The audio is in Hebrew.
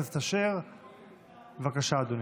חבר הכנסת אשר, בבקשה, אדוני.